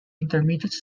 intermediate